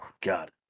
God